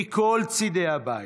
מכל צידי הבית.